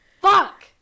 Fuck